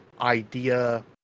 idea